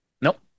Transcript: nope